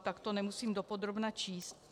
Tak to nemusím dopodrobna číst.